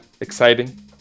exciting